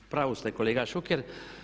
U pravu ste kolega Šuker.